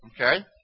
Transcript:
okay